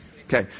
Okay